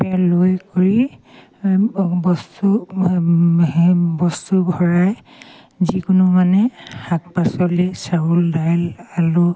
লৈ কৰি বস্তু বস্তু ভৰাই যিকোনো মানে শাক পাচলি চাউল দাইল আলু